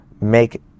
make